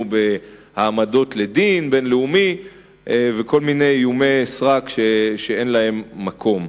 בהעמדות לדין בין-לאומי וכל מיני איומי סרק שאין להם מקום.